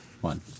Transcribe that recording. one